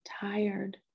tired